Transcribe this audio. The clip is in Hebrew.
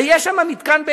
יש באילת מתקן,